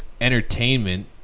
entertainment